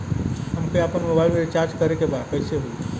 हमके आपन मोबाइल मे रिचार्ज करे के बा कैसे होई?